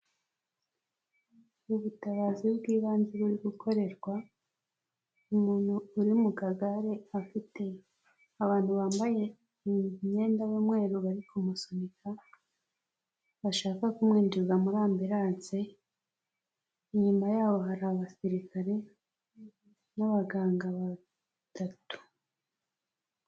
Ubutabazi bw'ibanze buri gukorerwa umuntu uri mu kagare, afite abantu bambaye imyenda y'umweru bari kumusunika, bashaka kumwinjira muri ambiranse, inyuma yaho hari abasirikare n'abaganga batatu.